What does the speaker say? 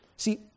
See